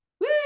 Woo